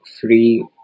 free